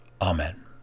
Amen